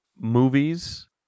movies